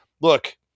Look